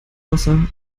wasser